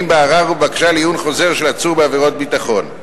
בערר ובבקשה לעיון חוזר של עצור בעבירת ביטחון.